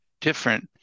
different